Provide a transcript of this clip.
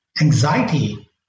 anxiety